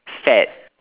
fad